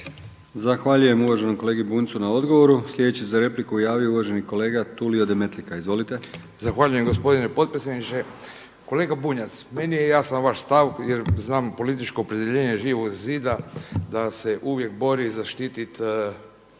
Zahvaljujem uvaženom kolegi Bunjcu na odgovoru. Sljedeći se za repliku javio uvaženi kolega Tulio Demetlika. Izvolite. **Demetlika, Tulio (IDS)** Zahvaljujem gospodine potpredsjedniče. Kolega Bunjac, meni je jasan vaš stav jer znam političko opredjeljenja Živog zida da se uvijek bori zaštitit